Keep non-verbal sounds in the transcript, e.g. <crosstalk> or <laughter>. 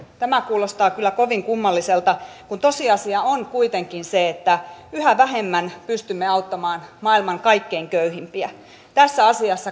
tämä kuulostaa kyllä kovin kummalliselta kun tosiasia on kuitenkin se että yhä vähemmän pystymme auttamaan maailman kaikkein köyhimpiä tässäkään asiassa <unintelligible>